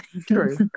True